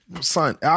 Son